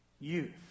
youth